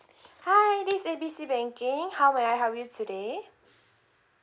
hi this A B C banking how may I help you today